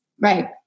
Right